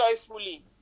joyfully